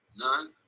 None